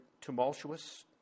tumultuous